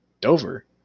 dover